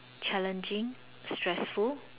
challenging stressful